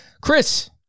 Chris